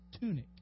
tunic